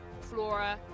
flora